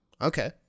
Okay